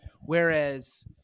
whereas